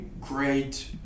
great